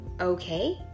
Okay